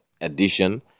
edition